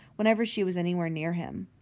whenever she was anywhere near him.